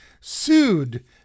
sued